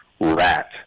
rat